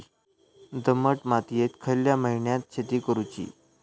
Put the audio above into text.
दमट मातयेत खयल्या महिन्यात शेती करुची?